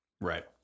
Right